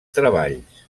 treballs